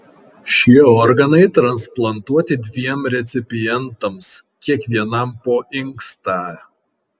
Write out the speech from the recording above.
šie organai transplantuoti dviem recipientams kiekvienam po inkstą